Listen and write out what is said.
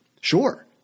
Sure